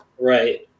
right